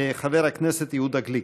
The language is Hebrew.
חבר הכנסת יהודה גליק.